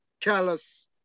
callous